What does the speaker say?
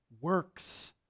works